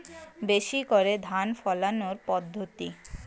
বেশি করে ধান ফলানোর পদ্ধতি?